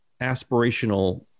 aspirational